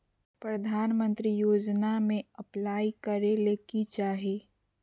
प्रधानमंत्री योजना में अप्लाई करें ले की चाही?